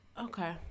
Okay